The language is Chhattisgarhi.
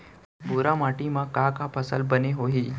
भूरा माटी मा का का फसल बने होही?